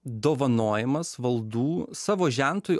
dovanojimas valdų savo žentui